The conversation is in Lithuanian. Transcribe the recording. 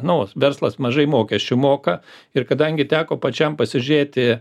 nu verslas mažai mokesčių moka ir kadangi teko pačiam pasižiūrėti